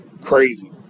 crazy